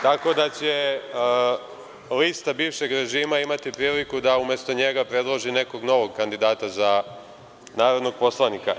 tako da će lista bivšeg režima imati priliku da umesto njega predloži nekog novog kandidata za narodnog poslanika.